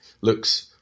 looks